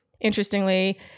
Interestingly